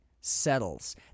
settles